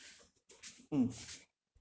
mm